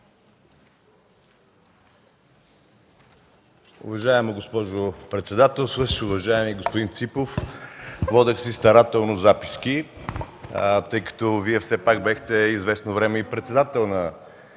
Уважаема госпожо председател! Уважаеми господин Ципов, водих си старателно записки, тъй като Вие все пак бяхте известно време и председател на